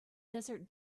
desert